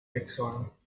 exile